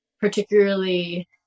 particularly